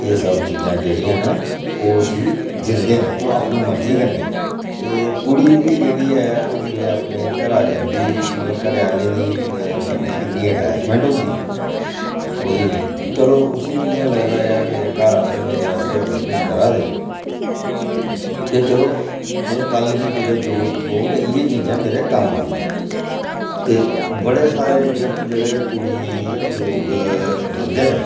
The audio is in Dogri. एह् सब चीजां जेह्ड़ियां न ओह् उसी दिंदे न ओह् अपनी मर्जी कन्नै ते कुड़ी बी जेह्ड़ी ऐ ओह् जेल्लै अपने घरा दा जंदी मतलब घरै आह्लें दी कन्नै इन्नी अटैचमैंट होंदी ओह्दी ते चलो उसी इ'यां लगदा ऐ मेरे घरै आह्ले अगर मेरै आस्तै किश करा दे ते चलो मतलब कल गी कुदै मिगी जरूरत पौग ते इ'यै चीजां मेरे कम्म औंनियां न ते बड़े सारे गिफ्ट जेह्ड़े कुड़ी गी लोग दिंदे न